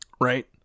Right